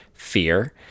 fear